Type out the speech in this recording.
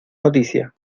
noticia